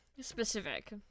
specific